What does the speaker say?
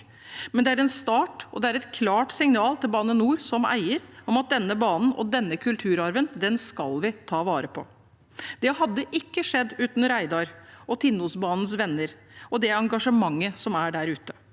men det er en start, og det er et klart signal til Bane NOR som eier om at denne banen og denne kulturarven skal vi ta vare på. Det hadde ikke skjedd uten Reidar og Tinnosbanens venner og det engasjementet som er der ute.